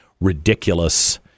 ridiculous